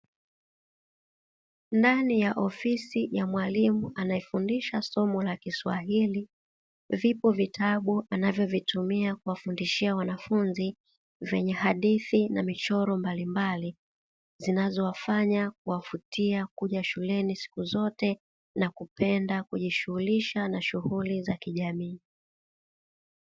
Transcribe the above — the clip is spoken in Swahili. Ndani ya ofisi ya mwalimu anayefundisha somo la kiswahili vipo vitabu anavyovitumia kwa fundishia wanafunzi, vyenye hadithi na michoro mbalimbali zinazowafanya kuwavutia kuja shuleni siku zote na kupenda kujishughulisha na shughuli za kijamii.